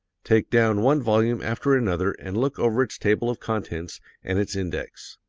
take down one volume after another and look over its table of contents and its index.